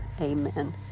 amen